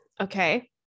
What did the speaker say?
okay